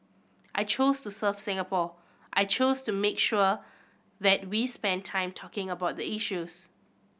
I chose to serve Singapore I chose to make sure that we spend time talking about the issues